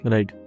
Right